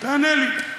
תענה לי,